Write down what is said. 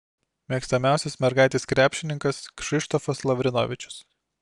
mėgstamiausias mergaitės krepšininkas kšištofas lavrinovičius